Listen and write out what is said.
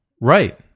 Right